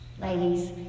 ladies